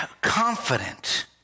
Confident